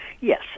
Yes